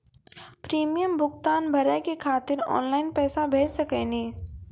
Premium भुगतान भरे के खातिर ऑनलाइन पैसा भेज सकनी?